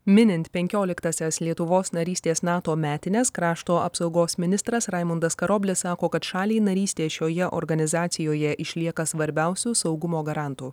minint penkioliktąsias lietuvos narystės nato metines krašto apsaugos ministras raimundas karoblis sako kad šaliai narystė šioje organizacijoje išlieka svarbiausiu saugumo garantu